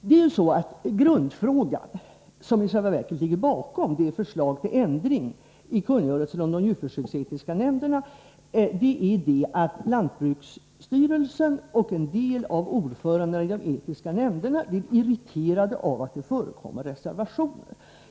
Den kärnfråga som i själva verket ligger bakom förslaget till ändring i kungörelsen om de djurförsöksetiska nämnderna är att lantbruksstyrelsen och en del av ordförandena i de etiska nämnderna blir irriterade av att det förekommer reservationer.